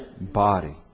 body